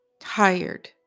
Tired